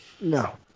No